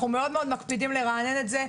אנחנו מקפידים מאוד לרענן את זה.